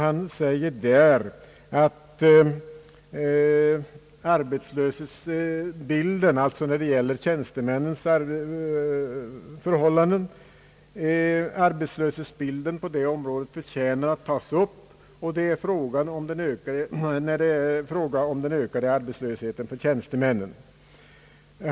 Han sade bl.a. att frågan om den ökade arbetslösheten bland tjänstemännen förtjänar att tas upp.